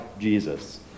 Jesus